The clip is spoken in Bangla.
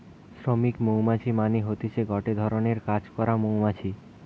শ্রমিক মৌমাছি মানে হতিছে গটে ধরণের কাজ করা মৌমাছি